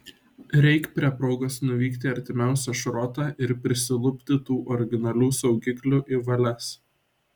reik prie progos nuvykti į artimiausią šrotą ir prisilupti tų originalių saugiklių į valias